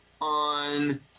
on